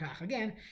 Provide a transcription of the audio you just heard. Again